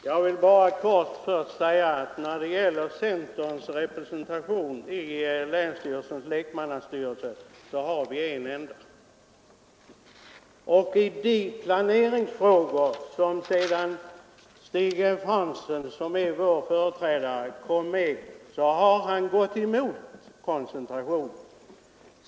Herr talman! Jag vill bara kort säga att när det gäller centerns representation i länsstyrelsens lekmannastyrelse, så har vi en enda representant. Det är Stig F. Hansson som är vår företrädare, och sedan han kom med har han när det gällt planeringsfrågor gått emot koncentrationen.